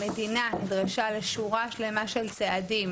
המדינה נדרשה לשורה שלמה של צעדים